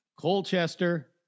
Colchester